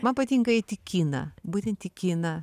man patinkaeit į kiną būtent į kiną